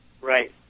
Right